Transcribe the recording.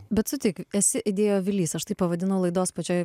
bet sutik esi idėjų avilys aš taip pavadinau laidos pačioje